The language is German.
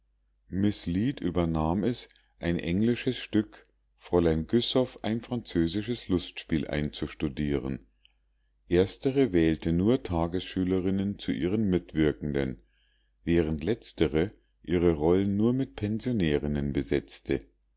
übernahm es ein englisches stück fräulein güssow ein französisches lustspiel einzustudieren erstere wählte nur tagesschülerinnen zu ihren mitwirkenden während letztere ihre rollen nur mit pensionärinnen besetzte